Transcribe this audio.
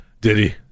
Diddy